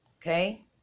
okay